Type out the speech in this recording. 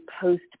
post